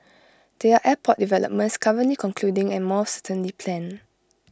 there are airport developments currently concluding and more certainly planned